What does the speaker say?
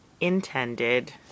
intended